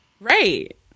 Right